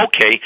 okay